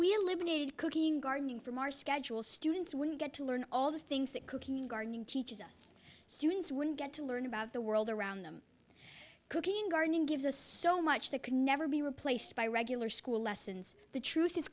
we eliminated cooking gardening from our schedule students wouldn't get to learn all the things that teaches us students wouldn't get to learn about the world around them cooking gardening gives us so much that could never be replaced by regular school lessons the truth is